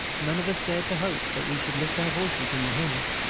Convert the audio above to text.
none of us dared to hope that we should lift our voices in the hymns.